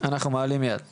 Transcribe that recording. נשירת מורים חדשים.